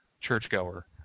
churchgoer